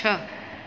छह